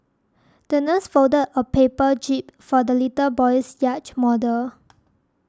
the nurse folded a paper jib for the little boy's yacht model